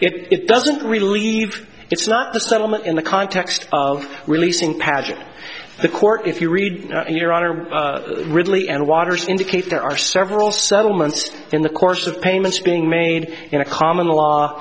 it doesn't relieve it's not the settlement in the context of releasing pageant the court if you read in your honor really and waters indicate there are several settlements in the course of payments being made in a common law